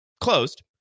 closed